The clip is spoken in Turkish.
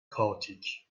kaotik